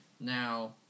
Now